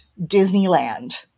Disneyland